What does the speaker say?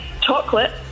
chocolate